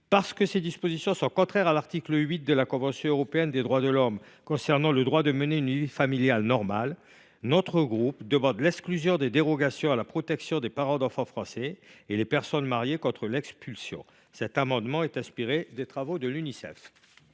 Parce que ces dispositions sont contraires à l’article 8 de la convention européenne des droits de l’homme, relatif au droit de mener une vie familiale normale, notre groupe demande la suppression des dérogations à la protection des parents d’enfants français et des personnes mariées contre l’expulsion. Cet amendement est inspiré des travaux de l’Unicef.